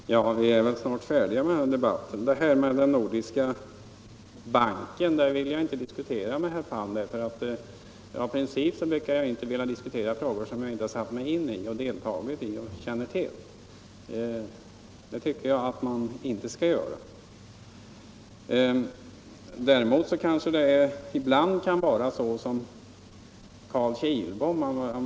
Herr talman! Vi är väl snart färdiga med den här debatten. Detta med den nordiska banken vill jag inte diskutera med herr Palm. I princip brukar jag inte vilja diskutera frågor som jag inte har satt mig in i och 119 inte känner till. Däremot kanske det ibland kan vara så som Karl Kilbom, som bla.